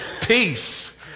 peace